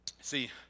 See